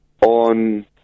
on